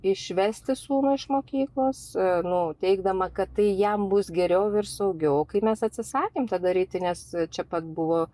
išvesti sūnų iš mokyklos nu teigdama kad tai jam bus geriau ir saugiau kai mes atsisakėm tą daryti nes čia pat buvo